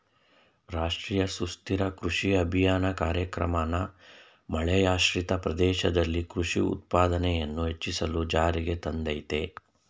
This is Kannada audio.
ರಾಷ್ಟ್ರೀಯ ಸುಸ್ಥಿರ ಕೃಷಿ ಅಭಿಯಾನ ಕಾರ್ಯಕ್ರಮನ ಮಳೆಯಾಶ್ರಿತ ಪ್ರದೇಶದಲ್ಲಿ ಕೃಷಿ ಉತ್ಪಾದನೆಯನ್ನು ಹೆಚ್ಚಿಸಲು ಜಾರಿಗೆ ತಂದಯ್ತೆ